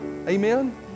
Amen